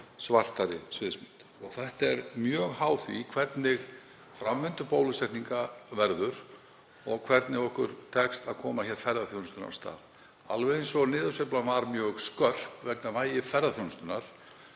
svartari sviðsmynd. Þetta er mjög háð því hver framvinda bólusetninga verður og hvernig okkur tekst að koma ferðaþjónustunni af stað. Alveg eins og niðursveiflan var mjög skörp vegna vægi ferðaþjónustunnar